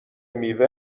میوه